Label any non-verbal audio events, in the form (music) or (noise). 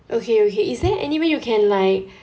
okay okay is there any way you can like (breath)